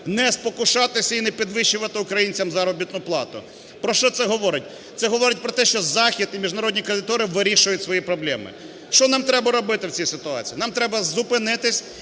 не спокушатися і не підвищувати українцям заробітну плату. Про що це говорить? Це говорить про те, що Захід і міжнародні кредитори вирішують свої проблеми. Що нам треба робити в цій ситуації? Нам треба зупинитись